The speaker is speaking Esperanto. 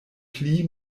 pli